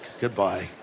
goodbye